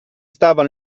stava